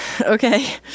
Okay